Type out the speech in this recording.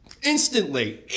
Instantly